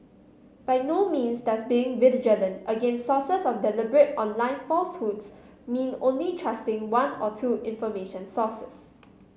by no means does being vigilant against sources of deliberate online falsehoods mean only trusting one or two information sources